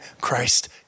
Christ